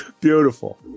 Beautiful